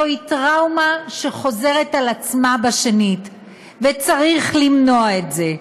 זוהי טראומה שחוזרת על עצמה שנית וצריך למנוע את זה.